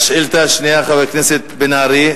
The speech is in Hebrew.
השאילתא השנייה, של חבר הכנסת בן-ארי,